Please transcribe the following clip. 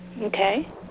Okay